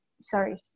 sorry